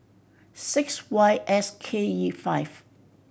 six Y S K E five